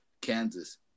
Kansas